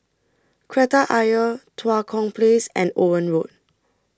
Kreta Ayer Tua Kong Place and Owen Road